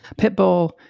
pitbull